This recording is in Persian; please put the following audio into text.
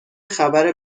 خبر